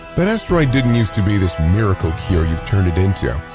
but asterite didn't used to be this miracle cure you've turned it into.